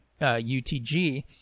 UTG